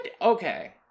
Okay